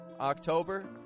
October